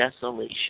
desolation